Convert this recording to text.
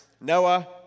Noah